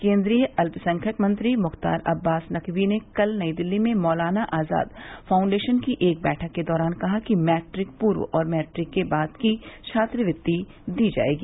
केन्द्रीय अल्पसंख्यक मंत्री मुख्तार अब्बास नकवी ने कल नई दिल्ली में मौलाना आजाद फाउंडेशन की एक बैठक के दौरान कहा कि मैट्रिक पूर्व और मैट्रिक के बाद की छात्रवृत्ति दी जाएगी